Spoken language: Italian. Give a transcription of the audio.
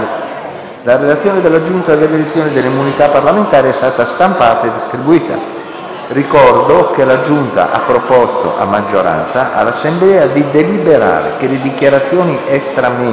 La relazione della Giunta delle elezioni e delle immunità parlamentari è stata stampata e distribuita. Ricordo che la Giunta ha proposto, a maggioranza, all'Assemblea di deliberare che le dichiarazioni rese